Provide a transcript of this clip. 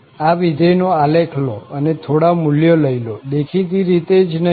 આ વિધેય નો આલેખ લો અને થોડા મુલ્યો લઇ લો દેખીતી રીતે જ નહીં